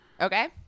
Okay